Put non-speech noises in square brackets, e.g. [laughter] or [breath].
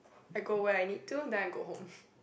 I go where I need to and then I go home [breath]